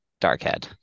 Darkhead